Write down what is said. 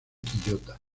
quillota